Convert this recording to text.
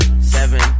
seven